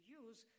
use